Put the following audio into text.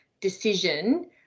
decision